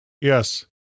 Yes